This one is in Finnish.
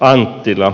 anttila